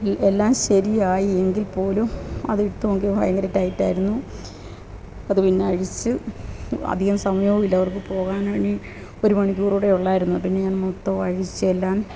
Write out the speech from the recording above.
ഈ എല്ലാം ശരി ആയി എങ്കില്പ്പോലും അതിട്ട് നോക്കിയപ്പോള് ഭയങ്കര ടൈറ്റായിരുന്നു അത് പിന്നെ അഴിച്ച് അധികം സമയമുവില്ല അവര്ക്ക് പോവാനാണെങ്കില് ഒരു മണിക്കൂറൂടെ ഉള്ളായിരുന്നു പിന്നെ ഞാന് മൊത്തവും അഴിച്ച് എല്ലാം